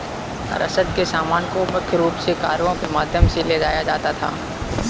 रसद के सामान को मुख्य रूप से कार्गो के माध्यम से ले जाया जाता था